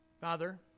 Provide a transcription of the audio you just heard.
Father